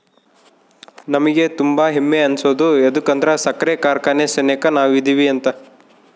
ನಮಿಗೆ ತುಂಬಾ ಹೆಮ್ಮೆ ಅನ್ಸೋದು ಯದುಕಂದ್ರ ಸಕ್ರೆ ಕಾರ್ಖಾನೆ ಸೆನೆಕ ನಾವದಿವಿ ಅಂತ